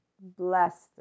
blessed